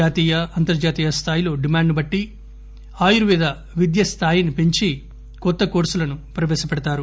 జాతీయ అంతర్జాతీయ స్థాయిలో డిమాండ్ ను బట్టి ఆయుర్వేద విద్య స్థాయిని పెంచి కొత్త కోర్సులను ప్రపేశపెడతారు